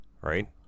right